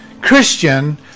Christian